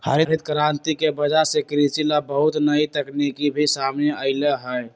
हरित करांति के वजह से कृषि ला बहुत नई तकनीक भी सामने अईलय है